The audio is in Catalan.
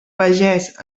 pagès